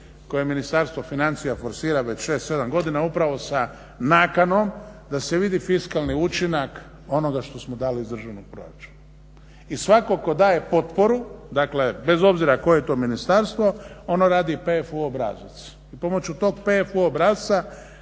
koje je Ministarstvo financija forsira već 6, 7 godina upravo sa nakanom da se vidi fiskalni učinaka onoga što smo dali iz državnog proračuna i svatko tko daje potporu dakle bez obzira koje to Ministarstvo ono radi PFU obrazac i pomoću tog PFU obrasca